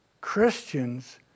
Christians